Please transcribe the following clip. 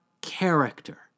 character